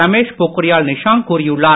ரமேஷ் பொக்ரியால் நிஷாங்க் கூறியுள்ளார்